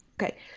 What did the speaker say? Okay